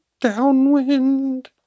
downwind